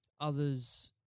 others